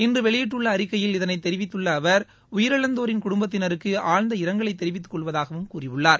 இன்று வெளியிட்டுள்ள அறிக்கையில் இதனை தெரிவித்துள்ள அவர் உயிரிழந்தோரின் குடும்பத்தினருக்கு ஆழ்ந்த இரங்கலைத் தெரிவித்துக்கொள்வதாகவும் கூறியுள்ளார்